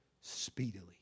speedily